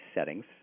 settings